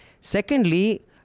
Secondly